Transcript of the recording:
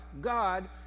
God